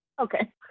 Okay